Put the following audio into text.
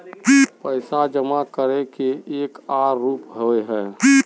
पैसा जमा करे के एक आर रूप होय है?